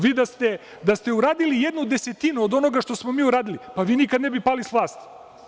Vi da ste uradili jednu desetinu od onoga što smo mi uradili, pa vi nikad ne bi pali sa vlasti.